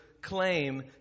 claim